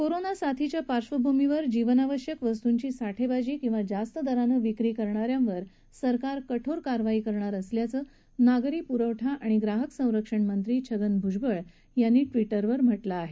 corona साथीच्या पार्श्वभूमीवर जीवनावश्यक वस्तूंची साठेबाजी किवा जास्त दरानं विक्री करणाऱ्यांवर सरकार कठोर कारवाई करणार असल्याचं नागरी पुरवठा आणि ग्राहक संरक्षण मंत्री छगन भुजबळ यांनी म्हटलं आहे